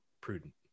prudent